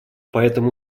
поэтому